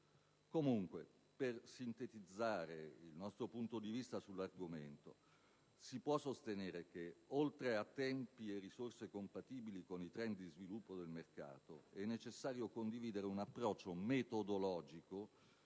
Malpensa. Per sintetizzare il nostro punto di vista sull'argomento si può sostenere che, oltre a tempi e risorse compatibili con i *trend* di sviluppo del mercato, è necessario condividere un approccio metodologico